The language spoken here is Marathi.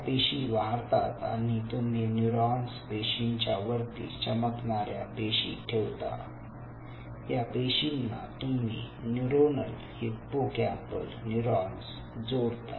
या पेशी वाढतात आणि तुम्ही न्यूरॉन्स पेशींच्या वरती चमकणाऱ्या पेशी ठेवता या पेशींना तुम्ही न्यूरोनल हिप्पोकॅम्पल न्यूरॉन्स जोडता